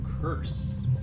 Curse